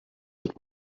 that